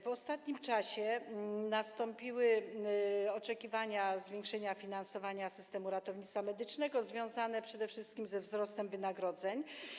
W ostatnim czasie zgłaszano oczekiwania co do zwiększenia finansowania systemu ratownictwa medycznego związane przede wszystkim ze wzrostem wynagrodzeń.